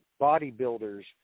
bodybuilders